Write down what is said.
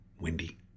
Windy